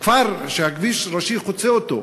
כפר שכביש ראשי חוצה אותו.